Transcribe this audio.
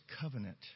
covenant